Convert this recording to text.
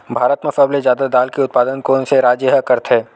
भारत मा सबले जादा दाल के उत्पादन कोन से राज्य हा करथे?